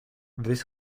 this